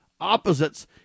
opposites